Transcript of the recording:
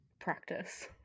Practice